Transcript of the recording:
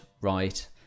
right